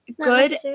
Good